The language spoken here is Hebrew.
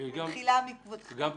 במחילה מכבודכם.